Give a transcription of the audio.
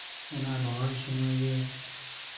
ᱚᱱᱟ ᱨᱚᱦᱚᱭ ᱥᱚᱢᱚᱭ ᱜᱮ